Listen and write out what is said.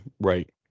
right